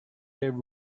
their